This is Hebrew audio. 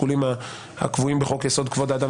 לשיקולים הקבועים בחוק-יסוד: כבוד האדם